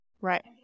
right